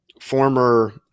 former